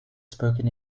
spoken